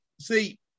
See